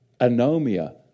anomia